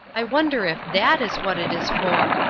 i wonder if that is what it is for?